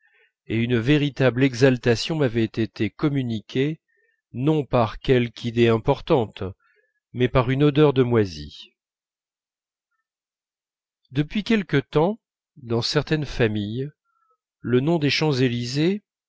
et une véritable exaltation m'avait été communiquée non par quelque idée importante mais par une odeur de moisi depuis quelque temps dans certaines familles le nom des champs-élysées